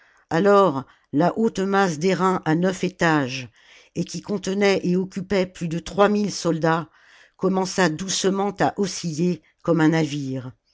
alors la haute masse d'airain à neuf étages et qui contenait et occupait plus de trois mille soldats commença doucement à osciller comme un navire